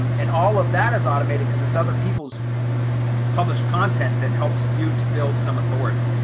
um and all of that is automated because it's other people's published content that helps you to build some authority.